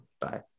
Bye